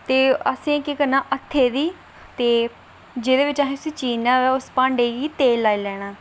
ते असें केह् करना हत्थै दी ते जेहदे बिच उसी चीरना उस भांडे गी तेल लाई लैना